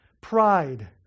pride